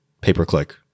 pay-per-click